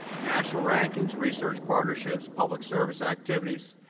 national rankings, research partnerships, public service activities,